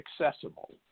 accessible